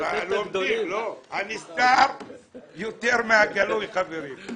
הנסתר יותר מהגלוי, חברים,